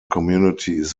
communities